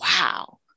wow